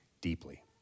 deeply